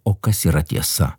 o kas yra tiesa